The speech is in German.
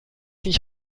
nicht